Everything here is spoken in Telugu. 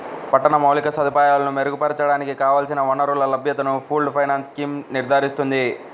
పట్టణ మౌలిక సదుపాయాలను మెరుగుపరచడానికి కావలసిన వనరుల లభ్యతను పూల్డ్ ఫైనాన్స్ స్కీమ్ నిర్ధారిస్తుంది